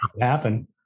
happen